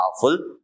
powerful